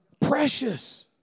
precious